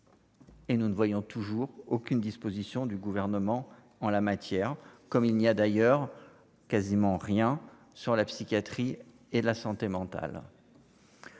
Et nous ne voyons toujours aucune disposition du gouvernement en la matière, comme il n'y a d'ailleurs quasiment rien sur la psychiatrie et la santé mentale.